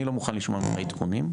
אני לא מוכן לשמוע ממך עדכונים,